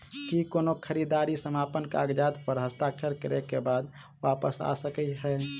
की कोनो खरीददारी समापन कागजात प हस्ताक्षर करे केँ बाद वापस आ सकै है?